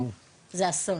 זה אסון.